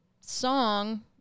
song